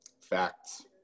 Facts